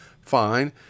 fine